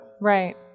Right